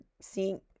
seeing